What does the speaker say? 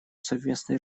совместной